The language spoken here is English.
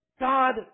God